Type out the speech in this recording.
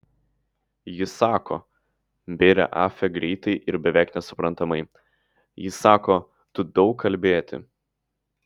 ji sako bėrė afe greitai ir beveik nesuprantamai ji sako tu daug kalbėti